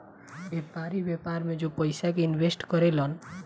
व्यापारी, व्यापार में जो पयिसा के इनवेस्ट करे लन